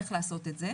איך לעשות את זה.